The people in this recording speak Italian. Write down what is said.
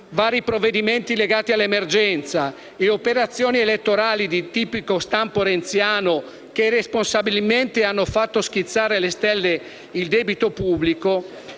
vari provvedimenti legati all'emergenza e con operazioni elettorali di tipico stampo renziano, che irresponsabilmente hanno fatto schizzare alle stelle il debito pubblico,